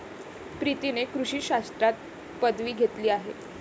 प्रीतीने कृषी शास्त्रात पदवी घेतली आहे